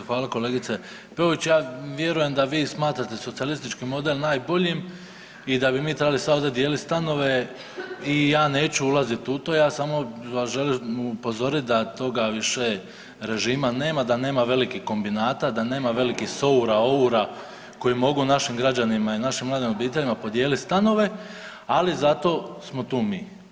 Pa ovak kolegice Peović, ja vjerujem da vi smatrate socijalistički model najboljim i da bi mi sad ovdje trebali dijeliti stanove i ja neću ulazit u to, ja samo vas želim upozoriti da toga više režima nema, da nema velikih kombinata, da nema velikih SOR-a, OR-a, koji mogu našim građanima i našim mladim obiteljima podijeliti stanove, ali zato smo tu mi.